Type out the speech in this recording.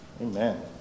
amen